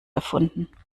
erfunden